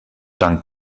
dank